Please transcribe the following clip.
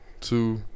Two